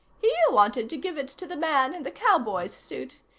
he wanted to give it to the man in the cowboy's suit.